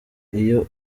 iyo